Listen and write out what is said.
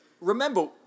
remember